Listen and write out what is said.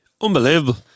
Unbelievable